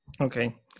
Okay